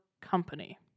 company